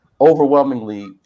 Overwhelmingly